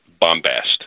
bombast